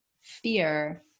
fear